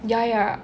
ya ya